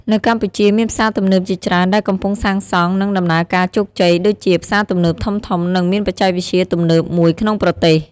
នៅកម្ពុជាមានផ្សារទំនើបជាច្រើនដែលកំពុងសាងសង់ និងដំណើរការជោគជ័យ ដូចជា ផ្សារទំនើបធំៗ និងមានបច្ចេកវិទ្យាទំនើបមួយក្នុងប្រទេស។